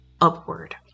upward